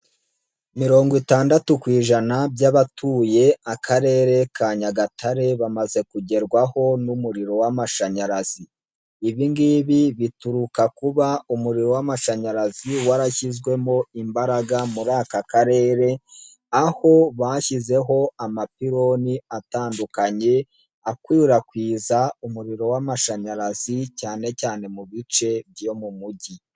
Mirongo itandatu ku ijana by'abatuye Akarere ka Nyagatare bamaze kugerwaho n'umuriro w'amashanyarazi, ibi ngibi bituruka kuba umuriro w'amashanyarazi warashyizwemo imbaraga muri aka karere, aho bashyizeho amapironi atandukanye akwirakwiza umuriro w'amashanyarazi cyane cyane mu bice byo mu mujyi.